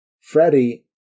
Freddie